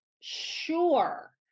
sure